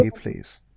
please